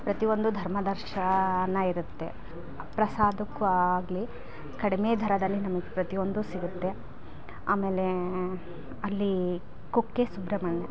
ಪ್ರತಿಯೊಂದು ಧರ್ಮ ದರ್ಶನ ಇರುತ್ತೆ ಪ್ರಸಾದಕ್ಕೂ ಆಗಲಿ ಕಡಿಮೆ ದರದಲ್ಲಿ ನಮಗೆ ಪ್ರತಿಯೊಂದು ಸಿಗುತ್ತೆ ಆಮೇಲೆ ಅಲ್ಲಿ ಕುಕ್ಕೆ ಸುಬ್ರಹ್ಮಣ್ಯ